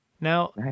Now